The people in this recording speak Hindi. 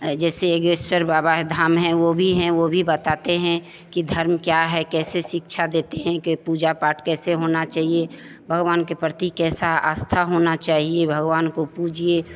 जैसे एगेस्चर बाबा धाम हैं वह भी हैं वह भी बताते हैं कि धर्म क्या है कैसे शिक्षा देती है कि पूजा पाठ कैसे होना चाहिए भगवान के प्रति कैसा आस्था होना चाहिए भगवान को पूजिए